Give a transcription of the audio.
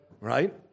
right